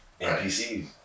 NPCs